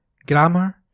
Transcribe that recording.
grammar